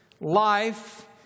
life